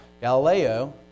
Galileo